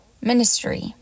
ministry